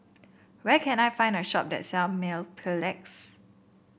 where can I find a shop that sell Mepilex